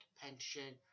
pension